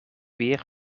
weer